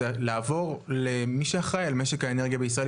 זה לעבור למי שאחראי על משק האנרגיה בישראל,